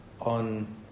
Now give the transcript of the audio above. on